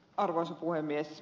arvoisa puhemies